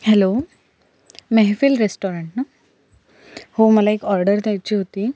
hello Mehfil restaurant ना हो मला एक ऑर्डर द्यायची होती